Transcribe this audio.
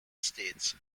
states